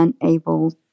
unable